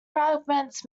fragments